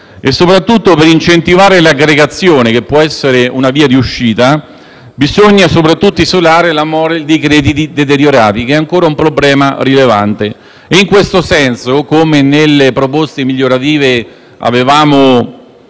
Soprattutto, per incentivare l'aggregazione, che può essere una via di uscita, bisogna isolare la mole di crediti deteriorati, che è ancora un problema rilevante. In questo senso, come previsto nelle proposte migliorative che